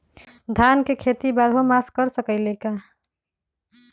धान के खेती बारहों मास कर सकीले का?